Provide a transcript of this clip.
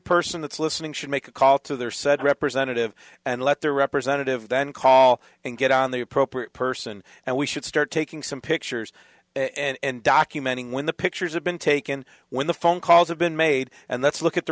person that's listening should make a call to their said representative and let their representative then call and get on the appropriate person and we should start taking some pictures and documenting when the pictures have been taken when the phone calls have been made and let's look at the